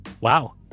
Wow